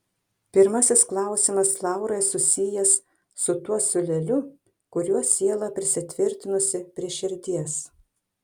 pirmasis klausimas laurai susijęs su tuo siūleliu kuriuo siela prisitvirtinusi prie širdies